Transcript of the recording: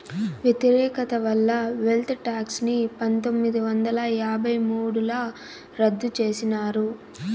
వ్యతిరేకత వల్ల wealth tax ని పందొమ్మిది వందల యాభై మూడుల రద్దు చేసినారు